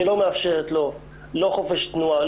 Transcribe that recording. שלא מאפשרת לו לא חופש תנועה,